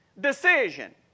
decision